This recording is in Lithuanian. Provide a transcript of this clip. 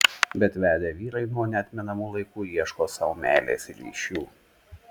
bet vedę vyrai nuo neatmenamų laikų ieško sau meilės ryšių